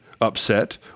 upset